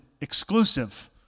exclusive